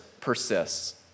persists